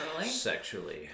sexually